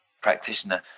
practitioner